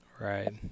Right